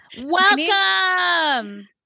welcome